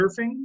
surfing